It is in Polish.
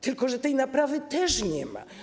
Tylko że tej naprawy też nie ma.